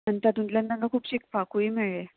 आनी तातूंतल्यान तांकां खूब शिकपाकूय मेळ्ळें